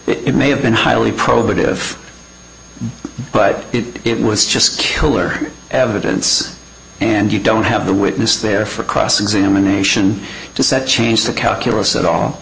it may have been highly probative but it was just killer evidence and you don't have the witness there for cross examination to set change the calculus at all